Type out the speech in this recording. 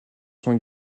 sont